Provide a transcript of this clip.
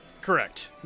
correct